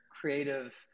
creative